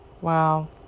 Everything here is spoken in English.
Wow